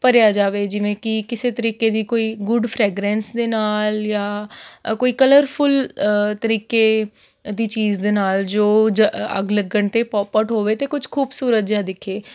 ਭਰਿਆ ਜਾਵੇ ਜਿਵੇਂ ਕਿ ਕਿਸੇ ਤਰੀਕੇ ਦੀ ਕੋਈ ਗੁੱਡ ਫਰੈਗਰੈਂਸ ਦੇ ਨਾਲ ਜਾਂ ਕੋਈ ਕਲਰਫੁਲ ਤਰੀਕੇ ਦੀ ਚੀਜ਼ ਦੇ ਨਾਲ ਜੋ ਜ ਅੱਗ ਲੱਗਣ 'ਤੇ ਪੋਪ ਆਊਟ ਹੋਵੇ ਅਤੇ ਕੁਛ ਖੂਬਸੂਰਤ ਜਿਹਾ ਦਿਖੇ